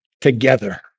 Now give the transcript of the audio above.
together